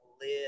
live